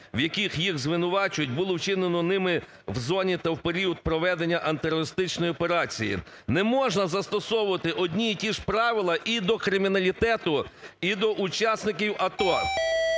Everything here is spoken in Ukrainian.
в яких їх звинувачують, були вчинено ними в зоні та в період проведення антитерористичної операції. Не можна застосовувати одні і ті ж правила і до криміналітету, і до учасників АТО.